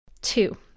two